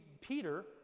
Peter